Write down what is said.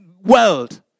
world